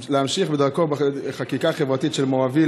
להמשיך בדרכו בחקיקה החברתית של מור אבי,